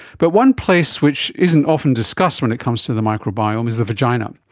but one place which isn't often discussed when it comes to the microbiome is the vagina.